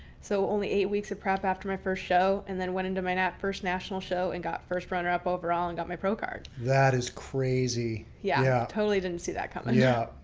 so only eight weeks of prep after my first show and then went into my first national show and got first runner up overall and got my pro card. that is crazy. yeah, totally didn't see that coming. yeah.